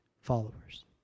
Followers